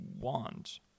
want